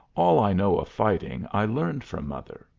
all i know of fighting i learned from mother,